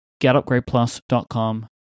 getupgradeplus.com